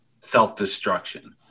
self-destruction